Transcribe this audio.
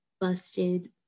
busted